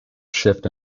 shift